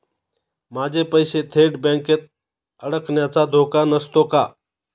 माझे पैसे थेट बँकेत अडकण्याचा धोका नसतो का?